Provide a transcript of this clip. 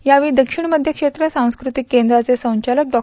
यावेळी दक्षिण मध्य क्षेत्र सास्कृतिक केंद्राचे संघालक डॉ